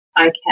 Okay